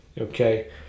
Okay